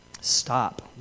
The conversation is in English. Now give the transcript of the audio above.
Stop